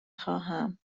خواهم